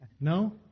No